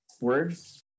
words